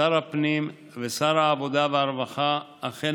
שר הפנים ושר העבודה והרווחה אכן